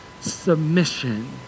submission